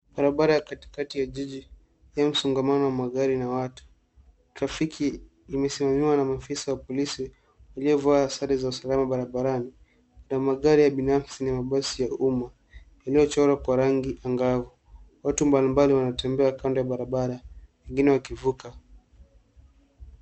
Barabara kuu katikati ya jiji imejaa magari na watu. Trafiki inasimamiwa na maafisa wa polisi waliovaa sare za usalama barabarani, huku kukiwa na magari binafsi na mabasi ya umma. Kuna uchoraji ang’avu wa rangi mbalimbali. Watu tofauti wanatembea kando ya barabara, wengine wakivuka.